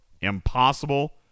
Impossible